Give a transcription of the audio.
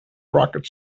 racket